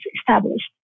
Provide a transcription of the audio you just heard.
established